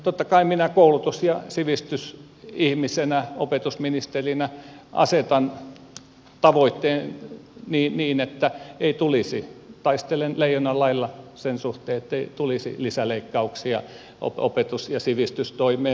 totta kai minä koulutus ja sivistysihmisenä opetusministerinä asetan tavoitteen niin taistelen leijonan lailla sen suhteen ettei tulisi lisäleikkauksia opetus ja sivistystoimeen